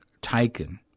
taken